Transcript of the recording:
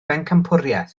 bencampwriaeth